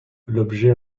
l’objet